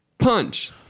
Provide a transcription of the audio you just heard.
Punch